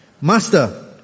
Master